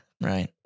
Right